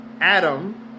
Adam